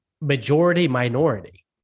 majority-minority